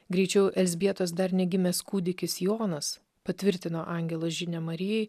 greičiau elzbietos dar negimęs kūdikis jonas patvirtino angelo žinią marijai